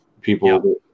people